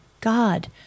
God